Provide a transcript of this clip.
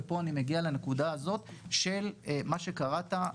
ופה אני מגיע לנקודה הזאת של מה שקראת,